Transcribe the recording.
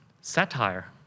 satire